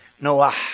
Noah